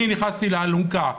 אני נכנסתי מתחת לאלונקה.